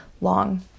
long